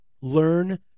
Learn